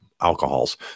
alcohols